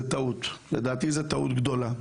לדעתי זאת טעות גדולה,